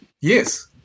Yes